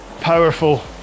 powerful